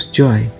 joy